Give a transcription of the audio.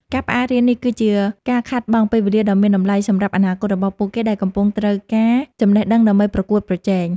ការផ្អាករៀននេះ គឺជាការខាតបង់ពេលវេលាដ៏មានតម្លៃសម្រាប់អនាគរបស់ពួកគេ ដែលកំពុងត្រូវការចំណេះដឹងដើម្បីប្រកួតប្រជែង។